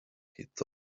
thought